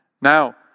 Now